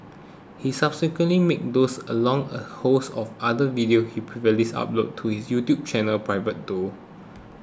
he subsequently made those along a host of other videos he previously uploaded to his YouTube channel private though